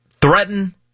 Threaten